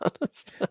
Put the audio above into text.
honest